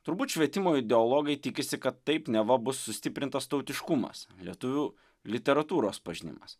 turbūt švietimo ideologai tikisi kad taip neva bus sustiprintas tautiškumas lietuvių literatūros pažinimas